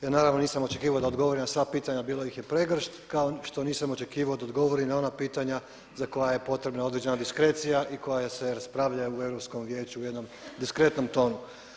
Ja naravno nisam očekivao da odgovori na sva pitanja, bilo ih je pregršt, kao što nisam očekivao da odgovori na ona pitanja za koja je potrebna određena diskrecija i koja se raspravljaju u Europskom vijeću u jednom diskretnom tonu.